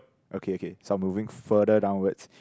okay okay so I'm moving further downwards